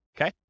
okay